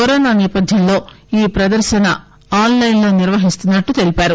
corona నేపధ్యంలో ఈ ప్రదర్తన ఆన్లెన్ లో నిర్వహిస్తున్నట్లు చెప్పారు